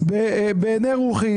בעיני רוחי